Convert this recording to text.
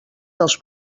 dels